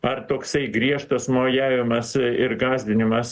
ar toksai griežtas mojavimas ir gąsdinimas